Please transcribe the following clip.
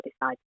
decide